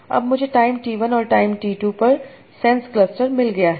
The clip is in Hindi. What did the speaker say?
अब मुझे टाइम t1 और टाइम t2 पर सेंस क्लस्टर मिल गया है